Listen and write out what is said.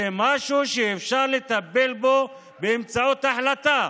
זה משהו שאפשר לטפל בו באמצעות החלטה.